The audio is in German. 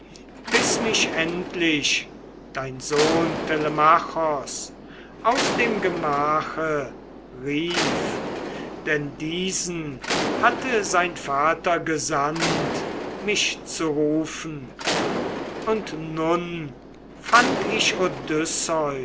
bis mich endlich dein sohn telemachos aus dem gemache rief denn diesen hatte sein vater gesandt mich zu rufen und nun fand ich